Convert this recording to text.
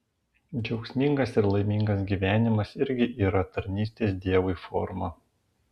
džiaugsmingas ir laimingas gyvenimas irgi yra tarnystės dievui forma